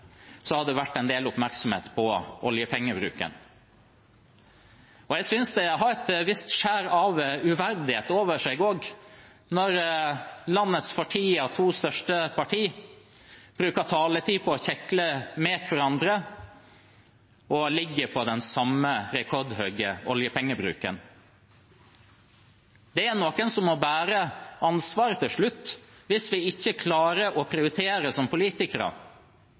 Så langt i denne debatten har det vært en del oppmerksomhet på oljepengebruken. Jeg synes også det har et visst skjær av uverdighet over seg når landets to største partier bruker taletid på å kjekle med hverandre og ligger på den samme rekordhøye oljepengebruken. Det er noen som må bære ansvaret til slutt hvis vi som politikere ikke klarer å prioritere.